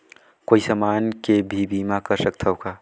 कोई समान के भी बीमा कर सकथव का?